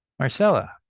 marcella